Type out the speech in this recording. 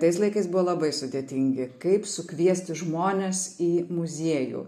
tais laikais buvo labai sudėtingi kaip sukviesti žmones į muziejų